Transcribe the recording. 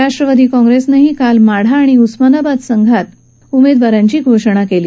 राष्ट्रवादी काँग्रेसनंही काल माढा आणि उस्मानाबाद मतदारसंघात उमेदवारांची घोषणा केली